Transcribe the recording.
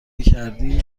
کردی